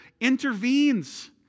intervenes